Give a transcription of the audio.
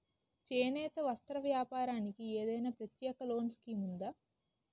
చేనేత వస్త్ర వ్యాపారానికి ఏదైనా ప్రత్యేక లోన్ స్కీం ఉందా?